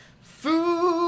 food